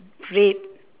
red